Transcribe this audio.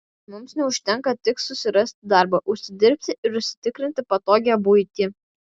mums neužtenka tik susirasti darbą užsidirbti ir užsitikrinti patogią buitį